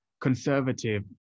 conservative